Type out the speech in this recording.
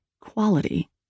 quality